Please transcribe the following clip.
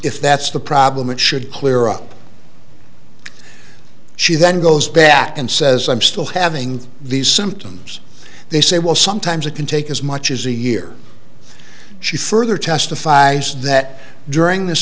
if that's the problem it should clear up she then goes back and says i'm still having these symptoms they say well sometimes it can take as much as a year she further testifies that during this